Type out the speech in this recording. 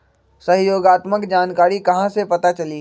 सहयोगात्मक जानकारी कहा से पता चली?